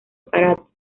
aparato